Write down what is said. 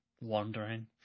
wandering